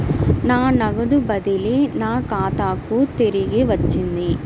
నా నగదు బదిలీ నా ఖాతాకు తిరిగి వచ్చింది